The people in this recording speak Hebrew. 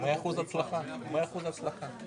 על ידי הממשלה ו-25% על ידי הרשות המקומית.